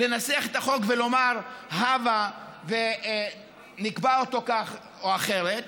לנסח את החוק ולומר הבה ונקבע אותו כך או אחרת,